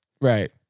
Right